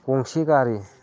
गंसे गारि